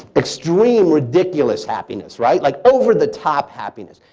extreme, ridiculous happiness, right, like over-the-top happiness.